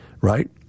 right